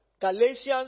Galatians